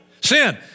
Sin